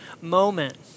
moment